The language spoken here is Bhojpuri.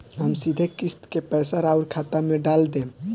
हम सीधे किस्त के पइसा राउर खाता में डाल देम?